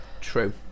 True